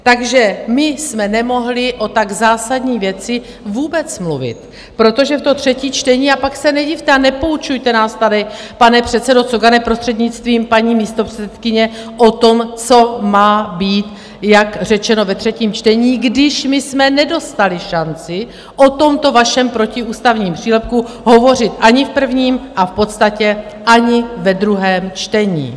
Takže my jsme nemohli o tak zásadní věci vůbec mluvit, protože v tom třetí čtení a pak se nedivte a nepoučujte nás tady, pane předsedo Cogane, prostřednictvím paní místopředsedkyně, o tom, co má být jak řečeno ve třetím čtení, když my jsme nedostali šanci o tomto vašem protiústavním přílepku hovořit ani v prvním a v podstatě ani ve druhém čtení.